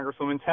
Congresswoman